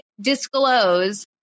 disclose